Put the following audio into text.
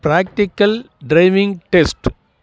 practical driving test